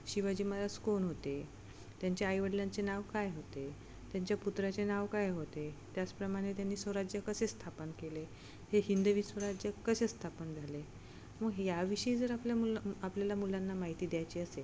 शिवाजी महाराज कोण होते त्यांच्या आईवडिलांचे नाव काय होते त्यांच्या पुत्राचे नाव काय होते त्याचप्रमाणे त्यांनी स्वराज्य कसे स्थापन केले हे हिंदवी स्वराज्य कसे स्थापन झाले मग याविषयी जर आपल्या मुलं आपल्याला मुलांना माहिती द्यायची असेल